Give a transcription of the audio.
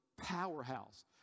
powerhouse